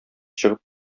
чыгып